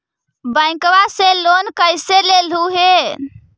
बैंकवा से लेन कैसे लेलहू हे?